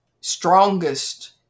strongest